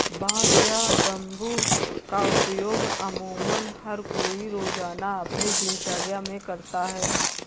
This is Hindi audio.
बांस या बम्बू का उपयोग अमुमन हर कोई रोज़ाना अपनी दिनचर्या मे करता है